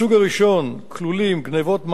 בסוג הראשון כלולים גנבות מים,